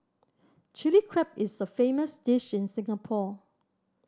Chilli Crab is a famous dish in Singapore